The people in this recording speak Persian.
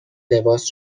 لباس